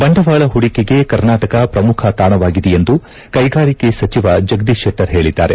ಬಂಡವಾಳ ಹೂಡಿಕೆಗೆ ಕರ್ನಾಟಕ ಪ್ರಮುಖ ತಾಣವಾಗಿದೆ ಎಂದು ಕೈಗಾರಿಕೆ ಸಚಿವ ಜಗದೀಶ್ ಶೆಟ್ಟರ್ ಹೇಳಿದ್ದಾರೆ